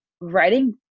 writing